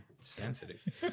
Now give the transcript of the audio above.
sensitive